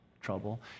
trouble